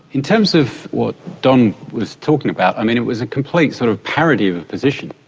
in terms of what don was talking about, um it it was a complete sort of parody of a position.